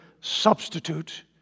substitute